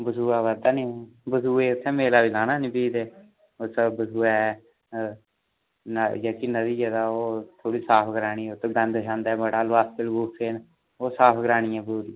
बसोहा आवा'रदा नि हून बसोआ उत्थै मेला लगाना नी फ्ही ते उत्थै बसोआ किन्ना री जगह् ऐ ओह् थोह्ड़ी साफ करानी उत्थै गंद शंद ऐ बड़ा लफाफे लफूफे न ओह् साफ करानी ऐ पूरी